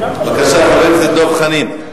בבקשה, חבר הכנסת דב חנין.